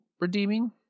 redeeming